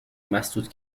مسدود